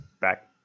back